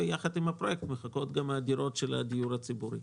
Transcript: ויחד עם הפרויקט מחכות גם הדירות של הדיור הציבורי.